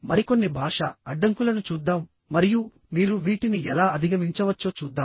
మరికొన్ని భాషా అడ్డంకులను చూద్దాం మరియు మీరు వీటిని ఎలా అధిగమించవచ్చో చూద్దాం